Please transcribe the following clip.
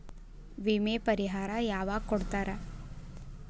ವಿಮೆ ಪರಿಹಾರ ಯಾವಾಗ್ ಕೊಡ್ತಾರ?